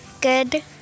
good